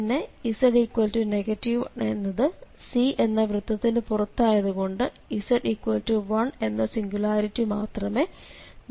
പിന്നെ z 1എന്നത് C എന്ന വൃത്തത്തിനു പുറത്തായത് കൊണ്ട് z1എന്ന സിംഗുലാരിറ്റി മാത്രമേ നമ്മൾ പരിഗണിക്കേണ്ടതായുള്ളു